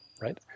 right